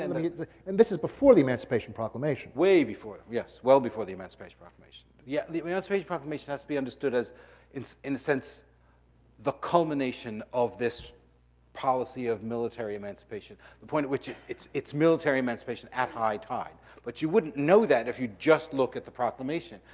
and and this is before the emancipation proclamation. way before, yes, well before the emancipation proclamation. yeah the emancipation proclamation has to be understood as it's in the sense the culmination of this policy of military emancipation. the point at which it's it's military emancipation at high tide. but you wouldn't know that if you just look at the proclamation.